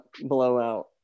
blowout